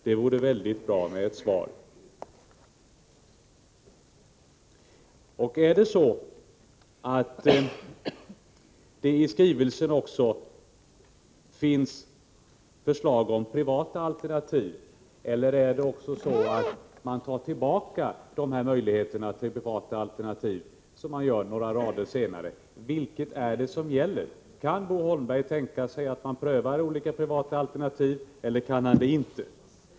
Det vore mycket bra med ett svar på den frågan. Innebär skrivelsen också förslag om privata alternativ, eller tar regeringen efter några rader tillbaka tanken på privata alternativ? Vilket är det som gäller? Kan Bo Holmberg tänka sig att man prövar olika privata alternativ eller kan han det inte?